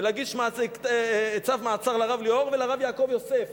להגיש צו מעצר לרב ליאור ולרב יעקב יוסף,